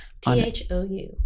T-H-O-U